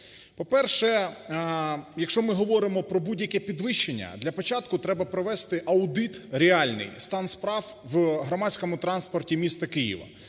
По-перше, якщо ми говоримо про будь-яке підвищення, для початку треба провести аудит реальний, стан справ в громадському транспорті міста Києва,